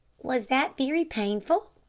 was that very painful?